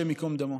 השם ייקום דמו.